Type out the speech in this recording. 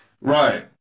Right